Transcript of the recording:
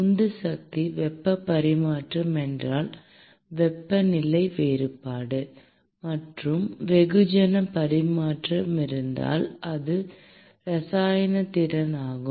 உந்து சக்தி வெப்ப பரிமாற்றம் என்றால் வெப்பநிலை வேறுபாடு மற்றும் வெகுஜன பரிமாற்றமாக இருந்தால் அது இரசாயன திறன் ஆகும்